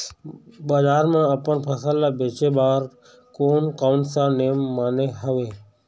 बजार मा अपन फसल ले बेचे बार कोन कौन सा नेम माने हवे?